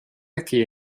aici